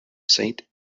saint